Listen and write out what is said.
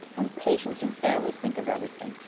when patients and families think of everything,